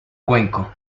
cuenco